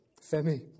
Femi